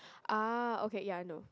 ah okay ya I know